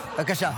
בבקשה.